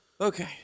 Okay